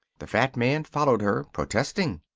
the fat man followed her, protesting.